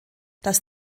dass